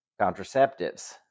Contraceptives